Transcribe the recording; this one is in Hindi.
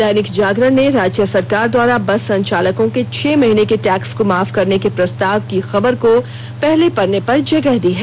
दैनिक जागरण ने राज्य सरकार द्वारा बस संचालकों के छह महीने के टैक्स को माफ करने के प्रस्ताव की खबर को पहले पन्ने पर जगह दी है